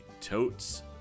totes